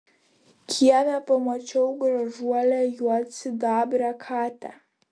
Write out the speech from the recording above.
kieme pamačiau gražuolę juodsidabrę katę